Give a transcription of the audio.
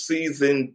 Season